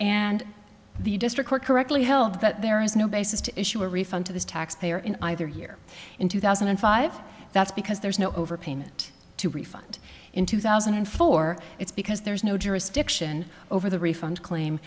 and the district work correctly held that there is no basis to issue a refund to the taxpayer in either year in two thousand and five that's because there's no overpayment to refund in two thousand and four it's because there's no jurisdiction over the refund claim